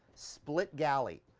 split galley.